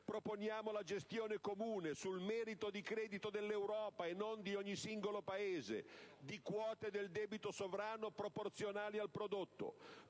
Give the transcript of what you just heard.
Proponiamo la gestione comune, sul merito di credito dell'Europa e non di ogni singolo Paese, di quote del debito sovrano proporzionali al prodotto;